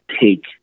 take